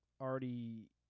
already